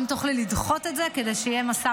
אם תוכלי לדחות את זה כדי שיהיה משא